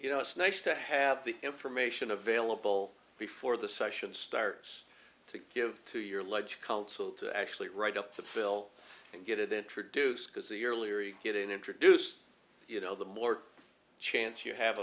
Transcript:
you know it's nice to have the information available before the session starts to give to your large council to actually write up the hill and get it introduced because the earlier you get in introduce you know the more chance you have